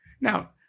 Now